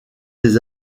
des